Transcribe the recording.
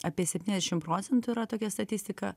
apie septyniasdešim procentų yra tokia statistika